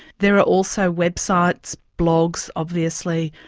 there are also websites, blogs obviously,